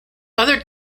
other